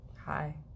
Hi